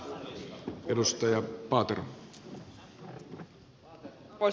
arvoisa herra puhemies